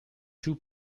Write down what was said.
two